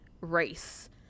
race